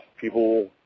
people